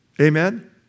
Amen